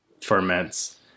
ferments